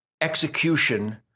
Execution